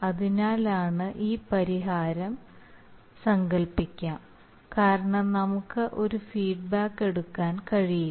അതിനാലാണ് ഈ പരിഹാരം സാങ്കൽപ്പികം കാരണം നമുക്ക് ഒരു ഫീഡ്ബാക്ക് എടുക്കാൻ കഴിയില്ല